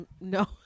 No